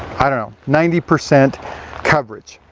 i don't know, ninety percent coverage.